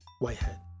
Whitehead